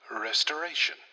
restoration